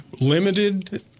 Limited